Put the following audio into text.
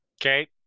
Okay